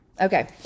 Okay